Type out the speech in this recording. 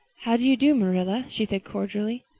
how do you do, marilla? she said cordially.